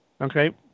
Okay